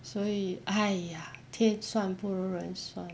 所以 !aiya! 天算不如人算